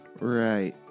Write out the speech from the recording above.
Right